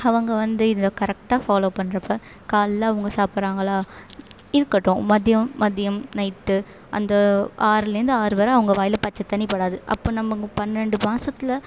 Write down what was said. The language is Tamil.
அவங்க வந்து இதில் கரெக்டாக ஃபாலோ பண்ணுறப்ப காலையில் அவங்க சாப்பிட்றாங்களா இருக்கட்டும் மதியம் மதியம் நைட்டு அந்த ஆறுலேருந்து ஆறு வரை அவங்க வாயில் பச்சை தண்ணிப்படாது அப்போ நம்ம இங்கே பன்னெண்டு மாசத்தில்